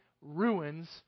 ruins